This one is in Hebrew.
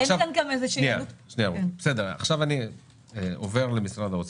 עכשיו אני עובר למשרד האוצר.